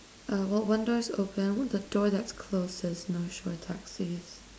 uh well one door is open the door that's closed is north shore taxis